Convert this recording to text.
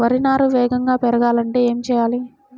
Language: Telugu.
వరి నారు వేగంగా పెరగాలంటే ఏమి చెయ్యాలి?